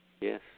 Yes